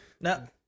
No